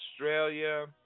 Australia